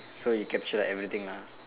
so you capture everything lah